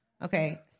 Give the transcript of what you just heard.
Okay